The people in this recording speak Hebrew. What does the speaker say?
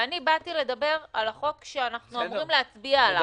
ואני באתי לדבר על החוק שאנחנו אמורים להצביע עליו.